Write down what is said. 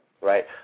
right